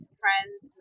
friends